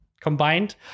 combined